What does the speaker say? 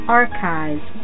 archives